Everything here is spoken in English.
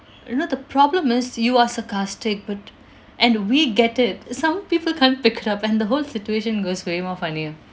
you know the problem is you are sarcastic but and we get it some people can't pick it up and the whole situation goes way more funnier